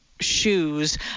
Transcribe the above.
shoes